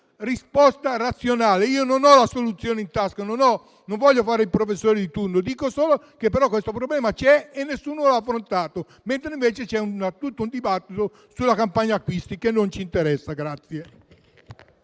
risposta razionale. Io non ho la soluzione in tasca e non voglio fare il professore di turno. Dico solo che questo problema c'è e che nessuno lo ha affrontato, mentre invece c'è tutto un dibattito sulla campagna acquisti, che invece non ci interessa.